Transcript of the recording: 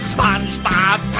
SpongeBob